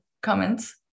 comments